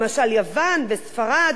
למשל יוון וספרד.